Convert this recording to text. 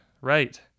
right